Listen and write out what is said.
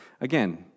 again